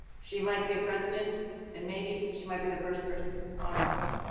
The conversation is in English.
she might be a president and maybe she might be the first person on mars.